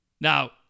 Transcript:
Now